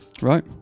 right